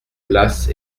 place